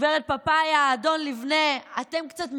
גב' פפאיה, אדון ליבנה, אתם קצת מבולבלים.